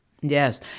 Yes